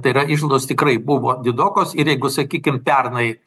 tai yra išlaidos tikrai buvo didokos ir jeigu sakykim pernai